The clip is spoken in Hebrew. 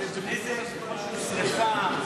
נזק שרפה,